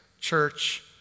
church